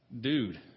dude